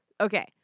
Okay